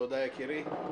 תודה, יקירי.